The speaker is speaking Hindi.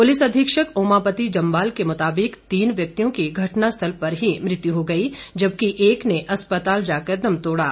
पुलिस अधीक्षक ओमापती जमबाल के मुताबिक तीन व्यक्तियों की घटना स्थल पर ही मृत्यू हो गई जबकि एक ने अस्पताल जाकर दम तोड़ा